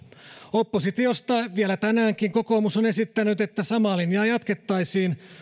oppositiosta vielä tänäänkin kokoomus on esittänyt että samaa linjaa jatkettaisiin